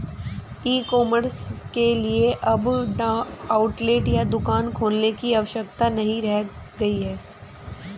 e commerce के लिए अब आउटलेट या दुकान खोलने की आवश्यकता नहीं रह गई है